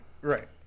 right